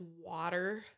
water